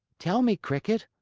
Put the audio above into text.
tell me, cricket,